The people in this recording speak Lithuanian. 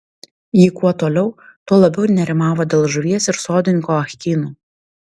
ji kuo toliau tuo labiau nerimavo dėl žuvies ir sodininko ah kino